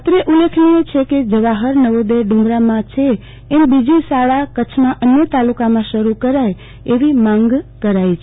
અત્રે ઉલ્લેખનીય છે કે જવાહર નવોદય ડુમરામાં છે એમ બીજી શાળા કચ્છમાં અન્ય તાલુકામાં શરૂ કરાય એવી માંગણી કરાઈ છે